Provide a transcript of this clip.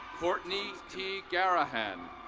courtney t. garaham.